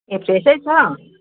ए फ्रेसै छ